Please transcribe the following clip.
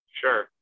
Sure